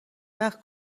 وقت